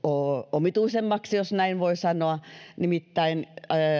omituisemmaksi jos näin voi sanoa nimittäin